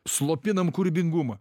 slopinam kūrybingumą